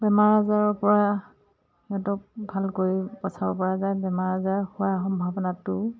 বেমাৰ আজাৰৰ পৰা সিহঁতক ভালকৈ বচাব পৰা যায় বেমাৰ আজাৰ হোৱা সম্ভাৱনাটো